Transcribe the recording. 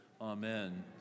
Amen